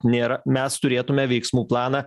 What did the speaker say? nėra mes turėtume veiksmų planą